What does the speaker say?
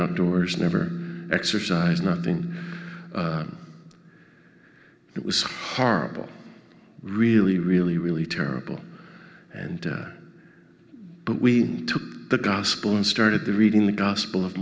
outdoors never exercise nothing it was horrible really really really terrible and but we took the gospel and started to read in the gospel of